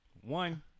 One